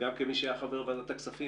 גם לגבי השקיפות,